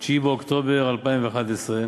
9 באוקטובר 2011,